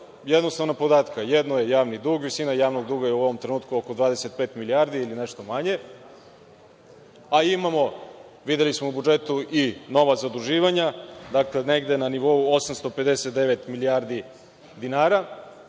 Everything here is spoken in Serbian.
jednostavnih. Jedno je javni dug, visina javnog duga je u ovom trenutku oko 25 milijardi ili nešto manje, a imamo, videli smo u budžetu, i nova zaduživanja, dakle, negde na nivou 859 milijardi dinara.